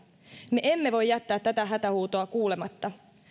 me emme voi jättää tätä hätähuutoa kuulematta